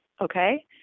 okay